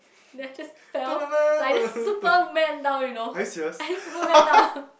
then I just fell like I just Superman down you know I just Superman down